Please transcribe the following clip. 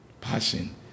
passion